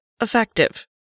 effective